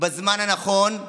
ובזמן הנכון,